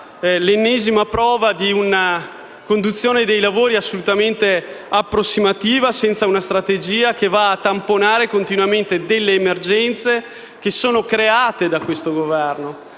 l'ennesima prova di una conduzione dei lavori assolutamente approssimativa, senza una strategia e volta solo a tamponare continuamente le emergenze create da questo Governo.